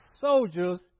soldiers